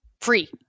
free